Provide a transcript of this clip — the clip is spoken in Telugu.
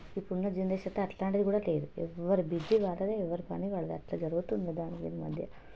ఇప్పుడున్న జెనరేషనైతే అలాంటిది కూడా లేదు ఎవరి బిజీ వాళ్ళదే ఎవరి పని వాడిదే అలా జరుగుతుంది విధానం ఈ మధ్య